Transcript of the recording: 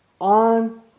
on